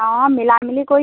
অঁ মিলা মিলি কৰিম